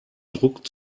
druck